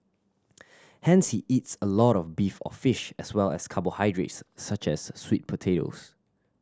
hence he eats a lot of beef or fish as well as carbohydrates such as sweet